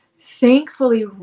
thankfully